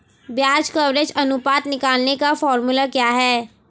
ब्याज कवरेज अनुपात निकालने का फॉर्मूला क्या है?